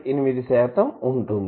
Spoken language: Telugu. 8 శాతం ఉంటుంది